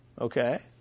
okay